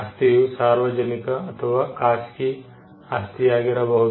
ಆಸ್ತಿಯು ಸಾರ್ವಜನಿಕ ಅಥವಾ ಖಾಸಗಿ ಆಸ್ತಿಯಾಗಿರಬಹುದು